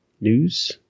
News